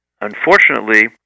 unfortunately